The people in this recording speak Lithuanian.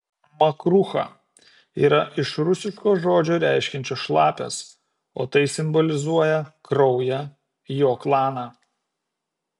makrucha yra iš rusiško žodžio reiškiančio šlapias o tai simbolizuoja kraują jo klaną